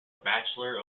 bachelor